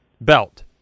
Belt